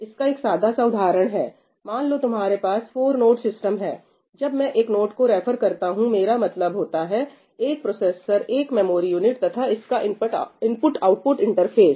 इसका एक सादा सा उदाहरण है मान लो तुम्हारे पास फोर नोड सिस्टम है जब मैं एक नोड को रेफर करता हूं मेरा मतलब होता है एक प्रोसेसर एक मेमोरी यूनिट तथा इसका IO इंटरफेस